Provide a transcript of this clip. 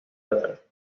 deber